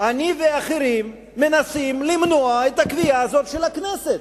אני ואחרים מנסים למנוע את הקביעה הזאת של הכנסת,